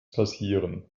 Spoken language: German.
passieren